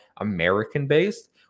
American-based